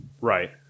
Right